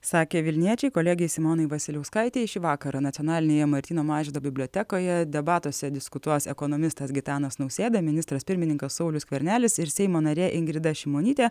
sakė vilniečiai kolegei simonai vasiliauskaitei šį vakarą nacionalinėje martyno mažvydo bibliotekoje debatuose diskutuos ekonomistas gitanas nausėda ministras pirmininkas saulius skvernelis ir seimo narė ingrida šimonytė